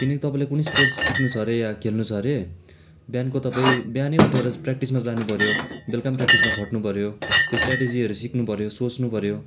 किनकि तपाईँले कुनै स्पोर्ट्स सिक्नु छ हरे या खेल्नु छ हरे बिहानको तपाईँ बिहानै उठेर प्र्याक्टिसमा जानु पऱ्यो बेलुका पनि प्र्याक्टिसमा खट्नु पऱ्यो त्यो स्ट्राटिजीहरू सिक्नु पऱ्यो सोच्नु पऱ्यो